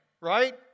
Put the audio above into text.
Right